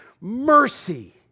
mercy